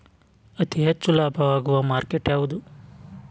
ಅತಿ ಹೆಚ್ಚು ಲಾಭ ಆಗುವ ಮಾರ್ಕೆಟ್ ಯಾವುದು?